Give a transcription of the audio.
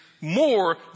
more